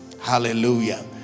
Hallelujah